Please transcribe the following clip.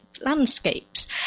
landscapes